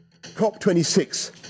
COP26